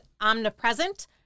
omnipresent